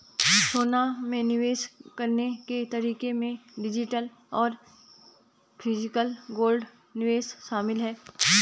सोना में निवेश करने के तरीके में डिजिटल और फिजिकल गोल्ड निवेश शामिल है